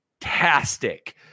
fantastic